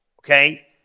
okay